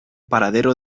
paradero